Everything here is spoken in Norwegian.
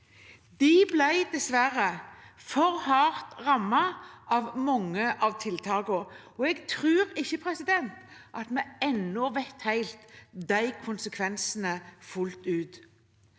De ble dessverre for hardt rammet av mange av tiltakene, og jeg tror ikke at vi ennå vet helt konsekvensene av det fullt ut.